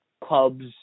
clubs